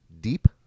Deep